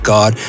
God